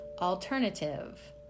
alternative